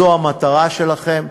זו המטרה שלכם?